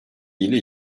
ile